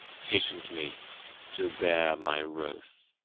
patiently to bear my wroth.